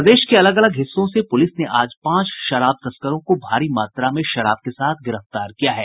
प्रदेश के अलग अलग हिस्सों से पुलिस ने आज पांच शराब तस्करों को भारी मात्रा में शराब के साथ गिरफ्तार किया है